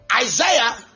Isaiah